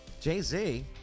jay-z